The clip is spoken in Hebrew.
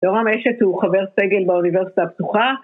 יורם עשת הוא חבר סגל באוניברסיטה הפתוחה.